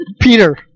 Peter